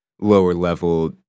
lower-level